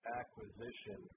acquisition